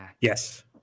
Yes